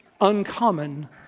Uncommon